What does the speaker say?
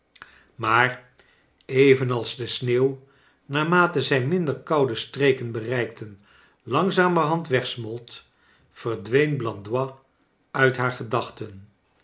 maar evenals de sneeuw naarmate zij minder koude streken bereikten langzamerhajid wegsmolt verdween blandois uit haar gedachten